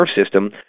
system